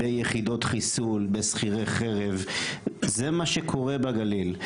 ביחידות חיסול, בשכירי חרב, זה מה שקורה בגליל.